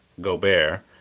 Gobert